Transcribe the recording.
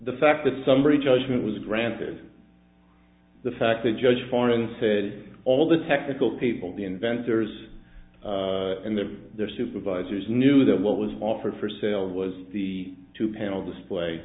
the fact that summary judgment was granted the fact that judge foreign said all the technical people the inventors and their their supervisors knew that what was offered for sale was the two panel display